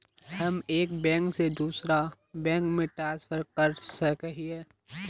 हम एक बैंक से दूसरा बैंक में ट्रांसफर कर सके हिये?